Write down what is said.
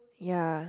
ya